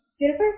Jennifer